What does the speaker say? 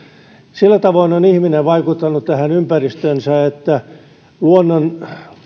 sillä tavoin on ihminen vaikuttanut tähän ympäristöönsä että luonnon